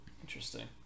Interesting